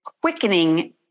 quickening